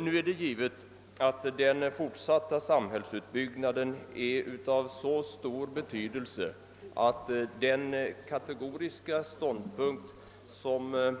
Nu är det givet att den fortsatta samhällsutbyggnaden är av så stor betydelse att den kategoriska ståndpunkten